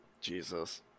jesus